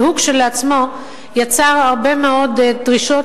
שהוא כשלעצמו יצר הרבה מאוד דרישות,